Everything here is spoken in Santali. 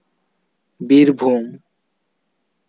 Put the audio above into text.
ᱵᱤᱨᱵᱷᱩᱢ